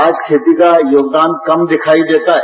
आज खेती का योगदान कम दिखाई देता है